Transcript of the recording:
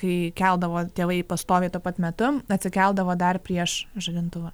kai keldavo tėvai pastoviai tuo pat metu atsikeldavo dar prieš žadintuvą